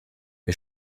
wir